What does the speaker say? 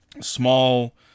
Small